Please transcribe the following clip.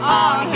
on